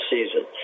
Season